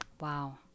Wow